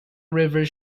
river